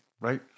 Right